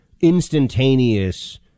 instantaneous